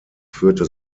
führte